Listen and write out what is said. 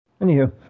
Anywho